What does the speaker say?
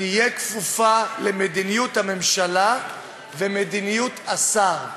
תהיה כפופה למדיניות הממשלה ומדיניות השר,